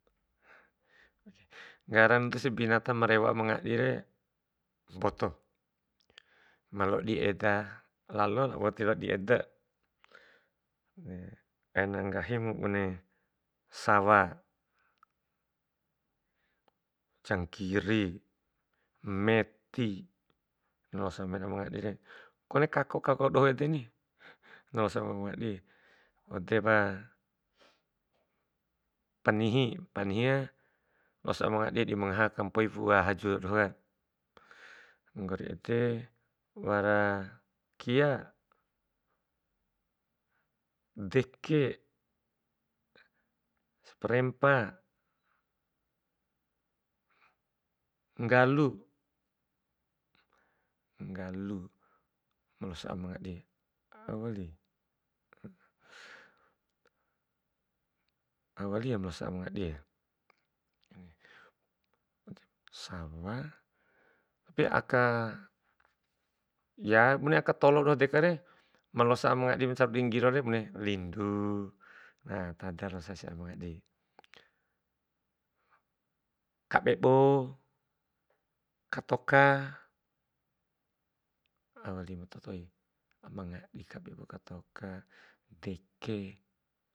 nggaran desi binata ma rewo ama ngadire mboto, ma loa dieda lalo lao ma wati loa di eda. aina nggahimu bune sawa, jangkiri, meti, na losa mena amangadiri. Kone kako kako doho edeni, na losa amangadi. Edempa panihi, panihire losa amangadi di makampoi fu'u haju dohoka. Nggori ede wara kia, deke, saprempa, nggalu, nggalu ma losa ama ngadi, au wali, au wali ya ma losa amangadi ya, sawa tapi aka, ya bune aka tolo dekare, ma losa amangadi di macaru dinggilo, bune lindu, na tadara losa sia ama ngadi, kabebo, katoka, au wali ma to toi amangadi, kabebo katoka, deke.